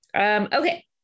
Okay